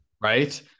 right